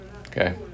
Okay